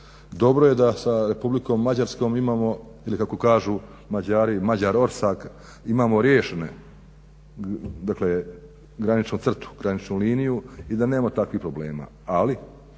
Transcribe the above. Dobro je da sa Republikom Mađarskom imamo ili kako kažu Mađari Mađar orsag, imamo riješenu graničnu crtu, graničnu liniju i da nemamo takvih problema,